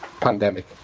pandemic